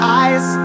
eyes